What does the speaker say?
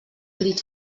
crit